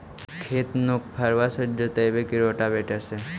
खेत नौफरबा से जोतइबै की रोटावेटर से?